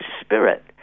spirit